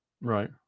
Right